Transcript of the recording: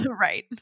right